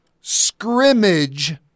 scrimmage